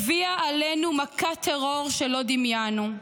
הביאה עלינו מכת טרור שלא דמיינו.